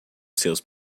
seus